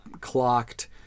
clocked